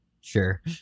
Sure